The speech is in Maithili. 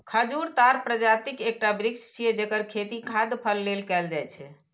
खजूर ताड़ प्रजातिक एकटा वृक्ष छियै, जेकर खेती खाद्य फल लेल कैल जाइ छै